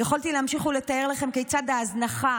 יכולתי להמשיך ולתאר לכם כיצד ההזנחה